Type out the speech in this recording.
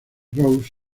rose